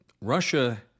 Russia